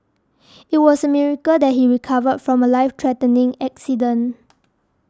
it was a miracle that he recovered from the Life threatening accident